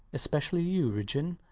especially you, ridgeon.